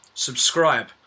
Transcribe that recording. Subscribe